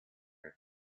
are